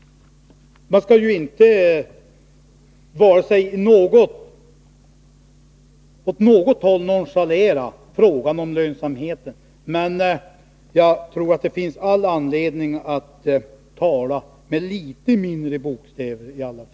Man skall inte på något håll nonchalera frågan om lönsamhet, men jag tror att det finns all anledning att i varje fall tala med litet mindre bokstäver.